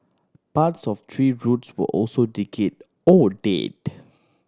parts of tree's roots were also decayed or dead